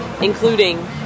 including